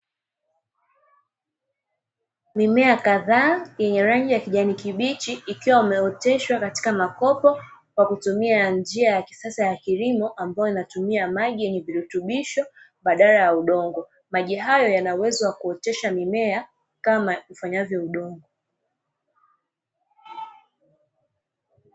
Mimea kadhaa yenye rangi ya kijani kibichi, ikiwa imeoteshwa katika makopo kwa kutumia njia ya kisasa ya kilimo, mnayo inatumia maji yenye virutubisho badala ya udongo, maji hayo yanaweza kuotesha mimea kama udongo.